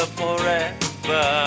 forever